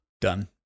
done